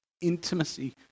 Intimacy